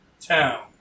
town